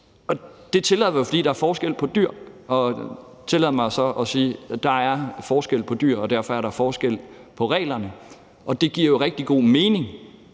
Jeg tillader mig så at sige, at der er forskel på dyr, og derfor er der forskel på reglerne. Og det giver jo rigtig god mening,